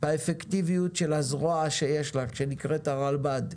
באפקטיביות של הזרוע שיש לך שנקראת הרלב"ד.